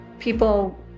People